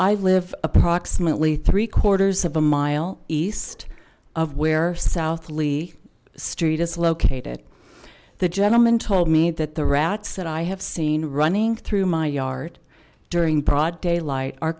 i live approximately of a mile east of where south lee street is located the gentleman told me that the rats that i have seen running through my yard during broad daylight are